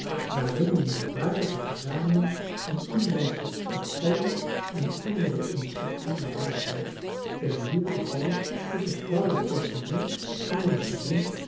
waarin die merkwaardige verzameling van inlandsche kapellen en andere insecten bewaard werd ten wier gevalle ik het vrouwelijk personeel van ons gezin